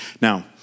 Now